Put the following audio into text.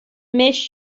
miss